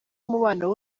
umubano